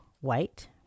white